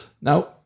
Now